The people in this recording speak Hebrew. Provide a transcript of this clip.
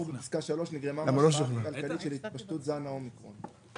(3) נגרמה מההשפעה הכלכלית של התפשטות זן האומיקרון;